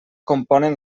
componen